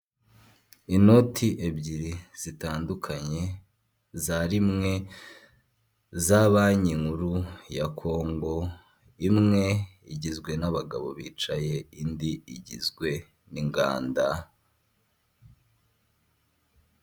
Inoti ebyiri zitandukanye za rimwe za banki nkuru ya Kongo, imwe igizwe n'abagabo bicaye indi igizwe n'inganda.